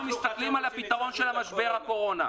מסתכלים על הפתרון של משבר הקורונה.